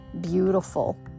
beautiful